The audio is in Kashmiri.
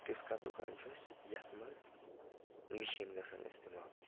تٮُ۪تھ کانٛہہ دُکان چھُس یَتھ منٛز مِشیٖن گژھن اِستِمال